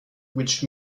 which